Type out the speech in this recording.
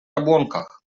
jabłonkach